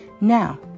Now